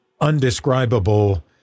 undescribable